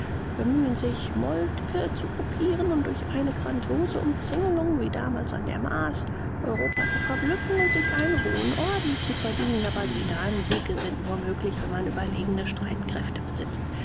bemühen sich moltke zu kopieren und durch eine grandiose umzingelung wie damals an der maas europa zu verblüffen und sich einen hohen orden zu verdienen aber sedansiege sind nur möglich wenn man überlegene streitkräfte besitzt